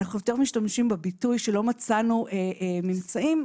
אנחנו יותר משתמשים בביטוי שלא מצאנו ממצאים,